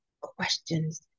questions